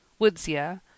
woodsia